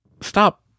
Stop